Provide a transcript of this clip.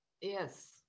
yes